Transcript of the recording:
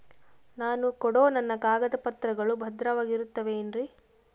ನಾನು ಕೊಡೋ ನನ್ನ ಕಾಗದ ಪತ್ರಗಳು ಭದ್ರವಾಗಿರುತ್ತವೆ ಏನ್ರಿ?